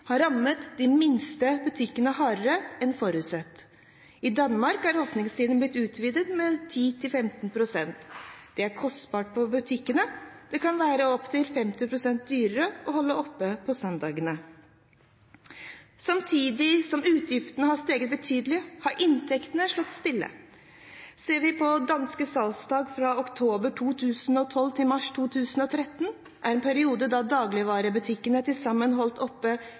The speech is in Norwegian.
har rammet de minste butikkene hardere enn forutsatt. I Danmark er åpningstiden blitt utvidet med 10–15 pst. Dette er kostbart for butikkene; det kan være opp mot 50 pst. dyrere å holde åpent på søndagene. Samtidig som utgiftene har steget betydelig, har inntektene stått stille. Ser vi på danske salgstall fra oktober 2012 til mars 2013, en periode da dagligvarebutikkene til sammen hadde holdt